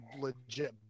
legit